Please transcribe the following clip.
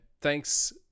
thanks